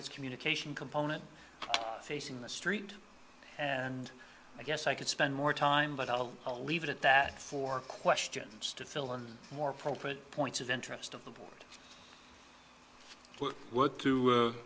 its communication component facing the street and i guess i could spend more time but i'll leave it at that for questions to fill in more appropriate points of interest of the board wo